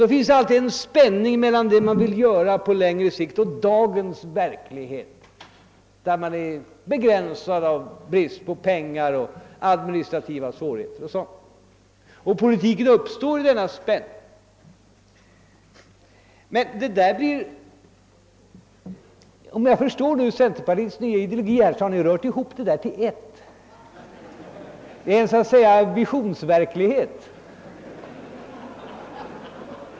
Det finns alltid en spänning mellan det man vill göra på längre sikt och dagens verklighet, där möjligheterna begränsas av brist på pengar, av administrativa svårigheter 0. S. Vv. Politiken uppstår i denna spänning. Om jag rätt förstått centerpartiets nya ideologi har man emellertid på detta håll rört ihop visioner och verklighet till ett. Det har så att säga blivit en visionsverklighet.